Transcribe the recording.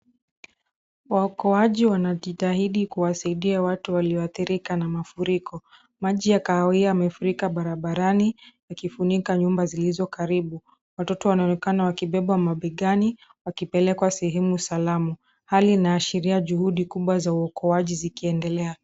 Waokoaji wanajitahidi kuwasaidia watu walioathirika na mafuriko. Maji ya kahawia yamefurika babarani yakifunika nyumba zilizo karibu. Watoto wanaonekana wakibebwa mabegani wakipelekwa sehemu salamu. Hali inaashiria juhudi kubwa za uokoaji zikiendelea.